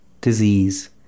disease